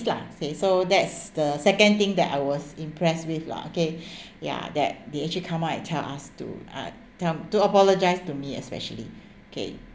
lah say so that's the second thing that I was impressed with lah okay ya that they actually come out and tell us to uh come to apologise to me especially okay